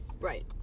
Right